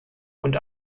und